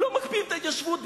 לא מקפיאים את ההתיישבות.